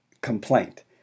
complaint